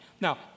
Now